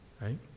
Right